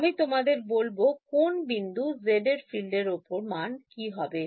আমি তোমাদের বলবো কোন বিন্দু z এ field এর মান কি হবে